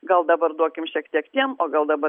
gal dabar duokim šiek tiek tiem o gal dabar